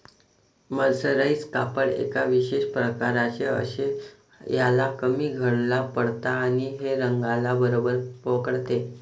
mercerise कापड एका विशेष प्रकारचे असते, ह्याला कमी घड्या पडतात आणि हे रंगाला बरोबर पकडते